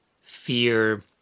fear